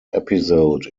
episode